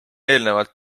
eelnevalt